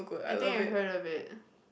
I think I heard of it